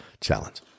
challenge